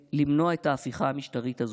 למנוע את ההפיכה המשטרית הזאת.